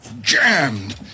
Jammed